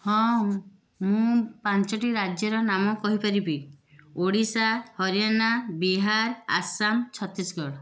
ହଁ ମୁଁ ପାଞ୍ଚୋଟି ରାଜ୍ୟର ନାମ କହିପାରିବି ଓଡ଼ିଶା ହରିୟାନା ବିହାର ଆସାମ ଛତିଶଗଡ଼